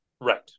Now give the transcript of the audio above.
Right